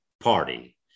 party